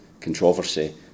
controversy